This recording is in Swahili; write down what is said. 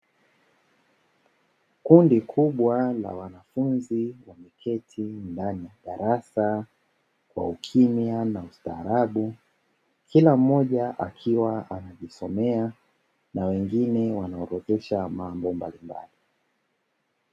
Kundi kubwa la wanafunzi wameketi ndani ya darasa kwa ukimywa na ustaarabu. Kila mmoja akiwa anajisomea na wengine wanaorodhesha mambo mbalimbali.